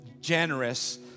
generous